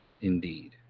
indeed